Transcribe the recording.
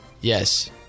Yes